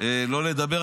לא לדבר.